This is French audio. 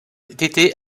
été